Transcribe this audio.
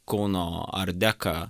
kauno art deką